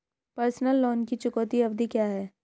Personal loan की चुकौती अवधि क्या है?